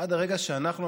עד הרגע שאנחנו,